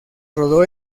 rodó